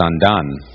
undone